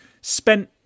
spent